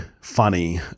funny